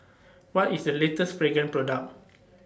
What IS The latest Pregain Product